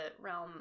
realm